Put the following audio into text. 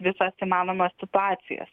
visas įmanomas situacijas